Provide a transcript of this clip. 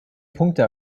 punkte